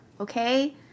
okay